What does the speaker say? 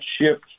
shift